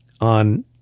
on